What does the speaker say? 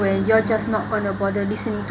when you're just not gonna bother listening